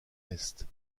est